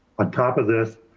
on top of this,